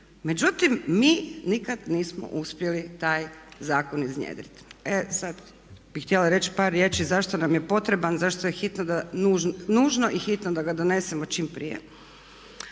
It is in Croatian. Međutim, mi nikada nismo uspjeli taj zakon iznjedriti. E sada bih htjela reći par riječi zašto nam je potreban, zašto je hitno, nužno i hitno da ga donesemo čim prije.